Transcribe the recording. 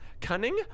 Cunning